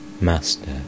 Master